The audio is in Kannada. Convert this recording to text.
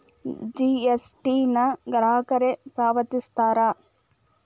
ಜಿ.ಎಸ್.ಟಿ ನ ಗ್ರಾಹಕರೇ ಪಾವತಿಸ್ತಾರಾ